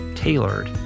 Tailored